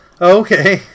Okay